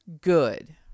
good